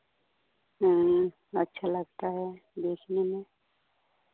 हाँ अच्छा लगता है देखने में